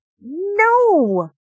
No